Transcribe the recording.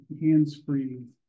hands-free